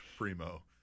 primo